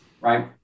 right